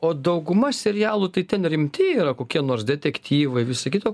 o dauguma serialų tai ten rimti yra kokie nors detektyvai visa kita